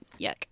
Yuck